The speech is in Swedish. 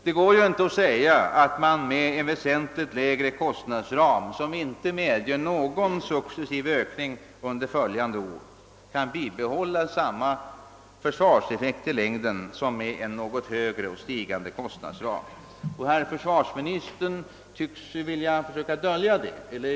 Det går inte att säga, att man med en väsentligt lägre kostnadsram, som inte medger någon successiv ökning under följande år, kan bibehålla sam ma försvarseffekt som med en något högre och stigande kostnadsram. Försvarsministern tycks vilja försöka dölja detta faktum.